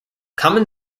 common